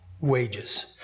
wages